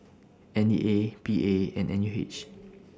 N E A P A and N U H